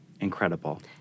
Incredible